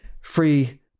free